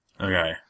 Okay